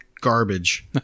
garbage